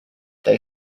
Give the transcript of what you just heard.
they